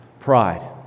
pride